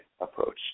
approach